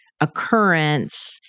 occurrence